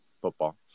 Football